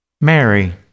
Mary